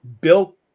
built